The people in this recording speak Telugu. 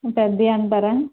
పెద్దవి అంటారా